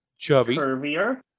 curvier